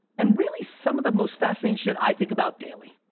and really some of the most fascinating shit i think about daily.